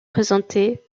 présentées